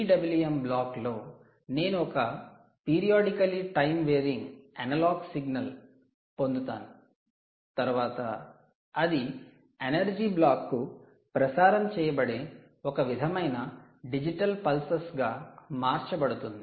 'PWM block' లో నేను ఒక periodically time varying analogue signal పొందుతాను తరువాత అది ఎనర్జీ బ్లాక్కు ప్రసారం చేయబడే ఒక విధమైన డిజిటల్ పల్సెస్ గా మార్చబడుతుంది